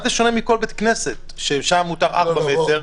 מה זה שונה מכל בית כנסת, ששם מותר 4 מטרים?